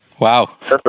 Wow